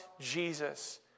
Jesus